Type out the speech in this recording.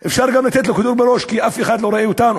אפשר גם לתת לו כדור בראש כי אף אחד לא רואה אותנו.